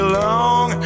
long